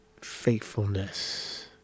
faithfulness